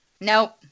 nope